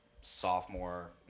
sophomore